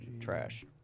trash